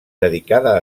dedicada